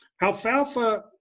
alfalfa